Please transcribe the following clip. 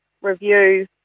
review